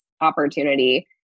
opportunity